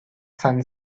sun